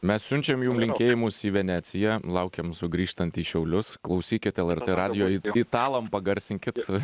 mes siunčiam jum linkėjimus į veneciją laukiam sugrįžtant į šiaulius klausykit lrt radijo i italam pagarsinkit